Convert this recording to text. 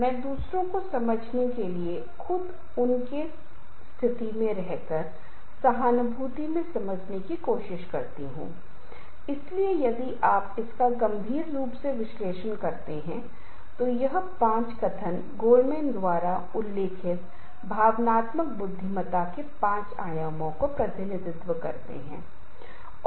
इसलिए नए विचार कभी नहीं आएंगे कोई व्यक्ति अलग अलग विचारों के साथ आ रहा है विशेष रूप से हाँ जब अलग अलग विचार होते हैं तो यह है कि यह बहुत संभव है कि कुछ बेहतर हो कुछ अलग हो सकता है और इसके साथ यदि हम साथ में काम करते हैं तो शायद हम एक बेहतर स्थिति में होंगे और हम दूसरों की तुलना में संघर्ष को थोड़ा बेहतर ढंग से संभालने की स्थिति में होंगे